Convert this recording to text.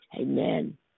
Amen